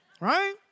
right